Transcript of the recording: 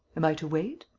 am i to wait?